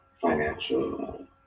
financial